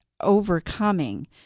overcoming